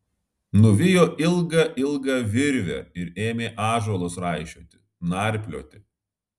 nuvijo ilgą ilgą virvę ir ėmė ąžuolus raišioti narplioti